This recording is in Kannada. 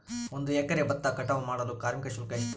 ಒಂದು ಎಕರೆ ಭತ್ತ ಕಟಾವ್ ಮಾಡಲು ಕಾರ್ಮಿಕ ಶುಲ್ಕ ಎಷ್ಟು?